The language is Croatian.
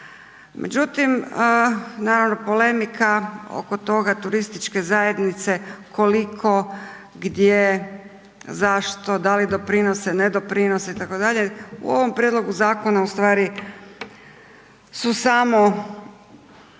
Međutim, naravno polemika oko toga turističke zajednice koliko, gdje, zašto, da li doprinose, ne doprinose itd., u ovom prijedlogu zakona u stvari su samo